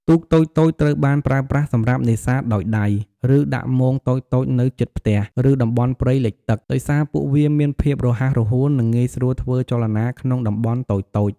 ទូកតូចៗ ត្រូវបានប្រើប្រាស់សម្រាប់នេសាទដោយដៃ ឬដាក់មងតូចៗនៅជិតផ្ទះ ឬតំបន់ព្រៃលិចទឹក ដោយសារពួកវាមានភាពរហ័សរហួន និងងាយស្រួលធ្វើចលនាក្នុងតំបន់តូចៗ។